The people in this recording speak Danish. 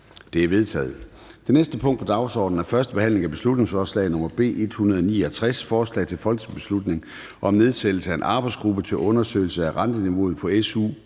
Det er vedtaget.